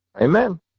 Amen